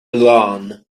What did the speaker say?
loan